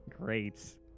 Great